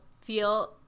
feel